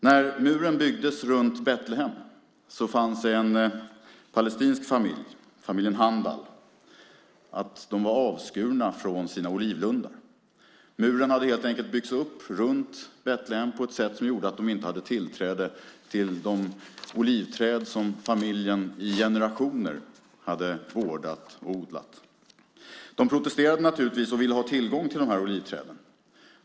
När muren byggdes runt Betlehem fanns det en palestinsk familj som blev avskuren från sina olivlundar. Muren hade helt enkelt byggts upp runt Betlehem på ett sätt som gjorde att de inte hade tillträde till de olivträd som familjen i generationer hade vårdat och odlat. De protesterade naturligtvis och ville ha tillgång till olivträden.